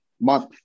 month